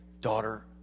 daughter